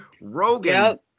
Rogan